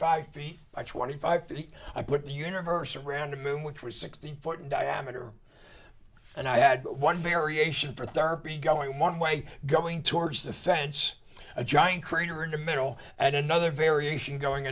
five feet by twenty five feet i put the universe around the moon which was sixty foot diameter and i had one variation for therapy going one way going towards the fence a giant crater in the middle and another variation going